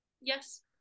Yes